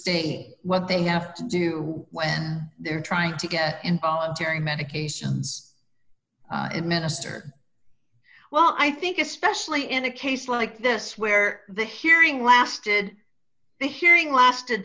stay what they have to do when they're trying to get in terri medications administer well i think especially in a case like this where the hearing lasted the hearing lasted